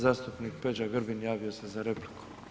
Zastupnik Peđa Grbin javio se za repliku.